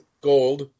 gold